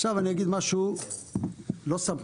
עכשיו אני אגיד משהו לא סתם,